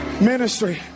Ministry